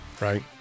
right